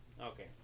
Okay